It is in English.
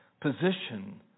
position